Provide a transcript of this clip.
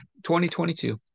2022